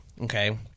okay